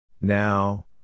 Now